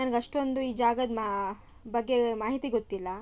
ನನ್ಗೆ ಅಷ್ಟೊಂದು ಈ ಜಾಗದ ಮಾ ಬಗ್ಗೆ ಮಾಹಿತಿ ಗೊತ್ತಿಲ್ಲ